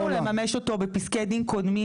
ניסינו לממש אותו בפסקי דין קודמים,